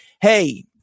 hey